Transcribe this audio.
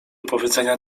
powiedzenia